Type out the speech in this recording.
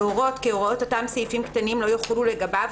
להורות כי הוראות אותם סעיפים קטנים לא יחולו לגביו,